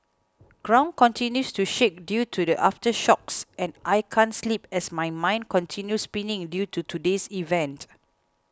ground continues to shake due to the aftershocks and I can't sleep as my mind continue spinning due to today's events